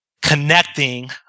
connecting